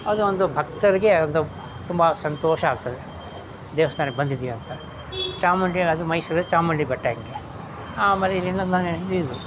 ಅದೊಂದು ಭಕ್ತರಿಗೆ ಒಂದು ತುಂಬ ಸಂತೋಷ ಆಗ್ತದೆ ದೇವಸ್ಥಾನಕ್ಕೆ ಬಂದಿದ್ದೀವಿ ಅಂತ ಚಾಮುಂಡಿ ಅದು ಮೈಸೂರಲ್ಲಿ ಚಾಮುಂಡಿ ಬೆಟ್ಟಕ್ಕೆ ಆಮೇಲೆ ಇಲ್ಲಿಂದ